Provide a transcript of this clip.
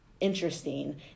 interesting